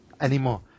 anymore